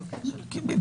לא, לא.